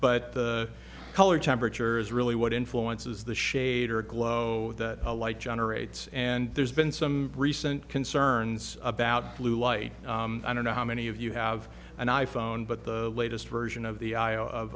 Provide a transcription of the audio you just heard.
but the color temperature is really what influences the shade or glow that light generates and there's been some recent concerns about blue light i don't know how many of you have an i phone but the latest version of the